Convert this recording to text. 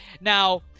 Now